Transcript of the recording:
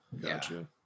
Gotcha